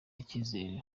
icyizere